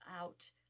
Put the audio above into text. out